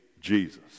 Jesus